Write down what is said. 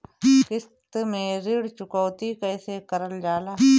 किश्त में ऋण चुकौती कईसे करल जाला?